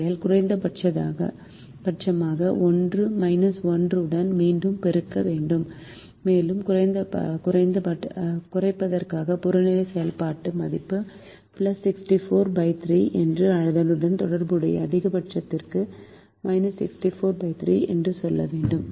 ஆகையால் குறைப்பதற்காக 1 உடன் மீண்டும் பெருக்க வேண்டும் மேலும் குறைப்பதற்கான புறநிலை செயல்பாட்டு மதிப்பு 643 என்றும் அதனுடன் தொடர்புடைய அதிகபட்சத்திற்கு 643 என்றும் சொல்ல வேண்டும்